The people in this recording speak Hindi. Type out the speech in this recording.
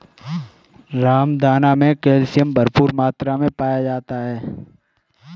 रामदाना मे कैल्शियम भरपूर मात्रा मे पाया जाता है